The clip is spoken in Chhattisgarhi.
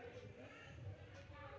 एक ठन कूकरी कतका अंडा दे सकथे?